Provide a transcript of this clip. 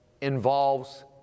involves